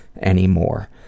anymore